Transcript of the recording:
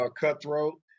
cutthroat